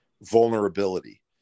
vulnerability